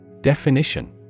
Definition